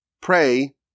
pray